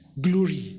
glory